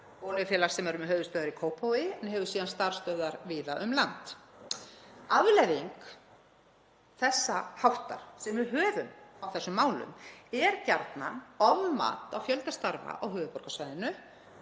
olíufélaga sem eru með höfuðstöðvar í Kópavogi en hefur síðan starfsstöðvar víða um allt land. Afleiðing þessa háttar sem við höfum á þessum málum er gjarnan ofmat á fjölda starfa á höfuðborgarsvæðinu